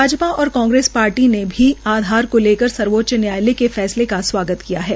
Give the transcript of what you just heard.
भाजपा और कांग्रेस पार्टी ने आधार को लेकर सर्वोच्च न्यायालय के फैसले का स्वागत किया है